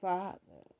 Father